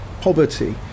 poverty